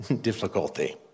difficulty